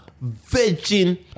virgin